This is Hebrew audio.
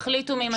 תחליטו מי מצביע.